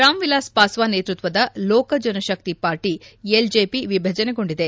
ರಾಮ್ ವಿಲಾಸ್ ಪಾಸ್ವಾನ್ ನೇತೃತ್ವದ Lok Jan Shakti party LJP ವಿಭಜನೆಗೊಂಡಿದೆ